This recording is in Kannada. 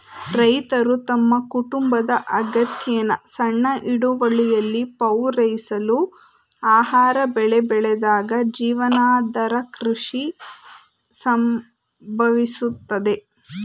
ರೈತರು ತಮ್ಮ ಕುಟುಂಬದ ಅಗತ್ಯನ ಸಣ್ಣ ಹಿಡುವಳಿಲಿ ಪೂರೈಸಲು ಆಹಾರ ಬೆಳೆ ಬೆಳೆದಾಗ ಜೀವನಾಧಾರ ಕೃಷಿ ಸಂಭವಿಸುತ್ತದೆ